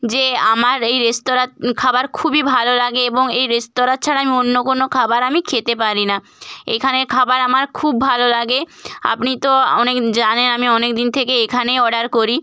যে আমার এই রেস্তরাঁর খাবার খুবই ভালো লাগে এবং এই রেস্তরাঁ ছাড়া আমি অন্য কোনো খাবার আমি খেতে পারি না এখানের খাবার আমার খুব ভালো লাগে আপনি তো অনেক জানেন আমি অনেক দিন থেকে এখানে অর্ডার করি